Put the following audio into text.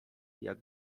jak